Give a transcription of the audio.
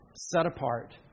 set-apart